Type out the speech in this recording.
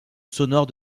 sonore